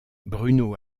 bruno